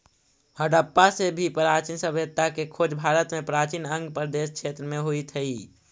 हडप्पा से भी प्राचीन सभ्यता के खोज भारत में प्राचीन अंग प्रदेश क्षेत्र में होइत हई